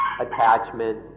attachment